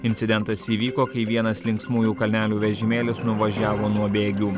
incidentas įvyko kai vienas linksmųjų kalnelių vežimėlis nuvažiavo nuo bėgių